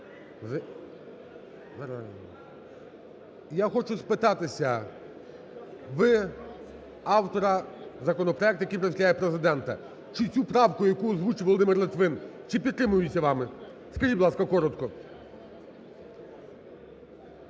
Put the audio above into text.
я хочу спитатися, ви, автор законопроекту, який представляє Президента, чи цю правку, яку озвучив Володимир Литвин, чи підтримується вами? Скажіть, будь ласка, коротко.